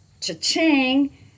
cha-ching